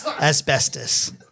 asbestos